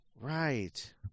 Right